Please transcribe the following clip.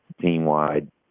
team-wide